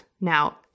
Now